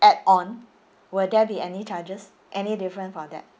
add on will there be any charges any different for that